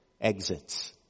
exits